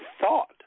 thought